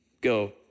go